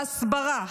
ההסברה,